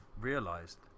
realised